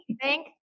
Thank